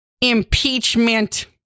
Impeachment